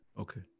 Okay